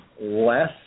less